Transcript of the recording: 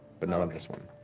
but not on this one.